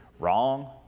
wrong